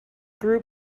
group